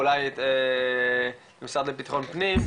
אולי במשרד לבטחון פנים,